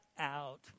out